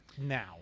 now